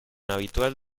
habitual